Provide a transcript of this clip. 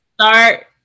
start